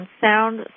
sound